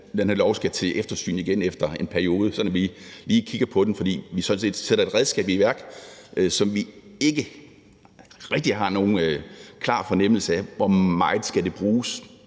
at den her lov skal til eftersyn igen efter en periode, sådan at vi lige kigger på den igen. Vi sætter sådan set et redskab i værk, som vi ikke rigtig har nogen klar fornemmelse af hvor meget skal bruges.